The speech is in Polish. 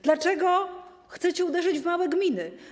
Dlaczego chcecie uderzyć w małe gminy?